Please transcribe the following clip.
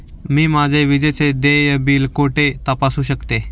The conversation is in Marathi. मी माझे विजेचे देय बिल कुठे तपासू शकते?